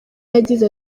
yagize